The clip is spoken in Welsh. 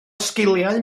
sgiliau